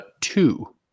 two